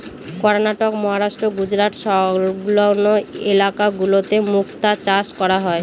কর্ণাটক, মহারাষ্ট্র, গুজরাট সংলগ্ন ইলাকা গুলোতে মুক্তা চাষ করা হয়